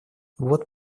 вот